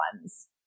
ones